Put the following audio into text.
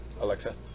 Alexa